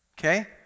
Okay